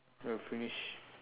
we're finished